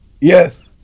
Yes